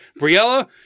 Briella